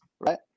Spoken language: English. right